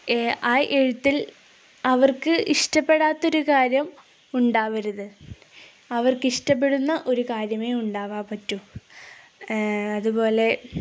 ആ എഴുത്തിൽ അവർക്ക് ഇഷ്ടപ്പെടാത്തൊരു കാര്യം ഉണ്ടാവരുത് അവർക്കിഷ്ടപ്പെടുന്ന ഒരു കാര്യമേ ഉണ്ടാവാന് പറ്റു അതുപോലെ